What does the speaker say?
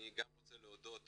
אני רוצה להודות